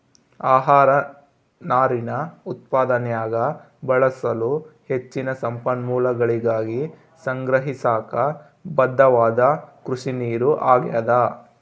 ಆಹಾರ ನಾರಿನ ಉತ್ಪಾದನ್ಯಾಗ ಬಳಸಲು ಹೆಚ್ಚಿನ ಸಂಪನ್ಮೂಲಗಳಿಗಾಗಿ ಸಂಗ್ರಹಿಸಾಕ ಬದ್ಧವಾದ ಕೃಷಿನೀರು ಆಗ್ಯಾದ